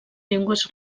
llengües